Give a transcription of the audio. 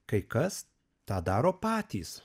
kai kas tą daro patys